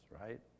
right